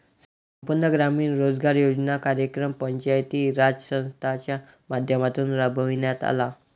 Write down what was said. संपूर्ण ग्रामीण रोजगार योजना कार्यक्रम पंचायती राज संस्थांच्या माध्यमातून राबविण्यात आला